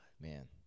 man